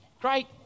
Great